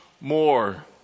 more